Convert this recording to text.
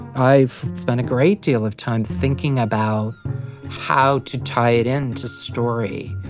i've spent a great deal of time thinking about how to tie it in to story.